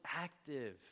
active